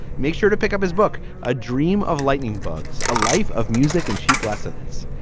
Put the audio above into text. make sure to pick up his book, a dream of lightning bugs, a life of music and cheap lessons.